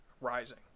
rising